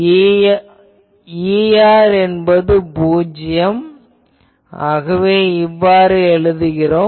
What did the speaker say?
Er என்பது பூஜ்யம் ஆகவே நாம் இவ்வாறு எழுதுகிறோம்